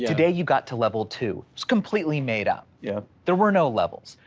today, you got to level two, is completely made up. yeah there were no levels.